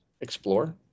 explore